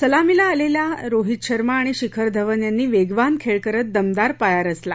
सलामीला आलेल्या रोहित शर्मा आणि शिखर धवन यांनी वेगवान खेळ करत दमदार पाया रचला